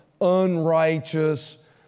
unrighteous